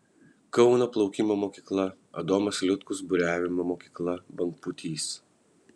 kauno plaukimo mokykla adomas liutkus buriavimo mokykla bangpūtys